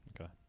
Okay